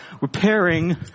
repairing